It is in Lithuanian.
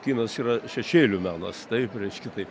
kinas yra šešėlių menas taip reiškia taip